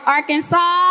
Arkansas